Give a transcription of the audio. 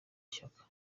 ishyaka